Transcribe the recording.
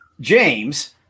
James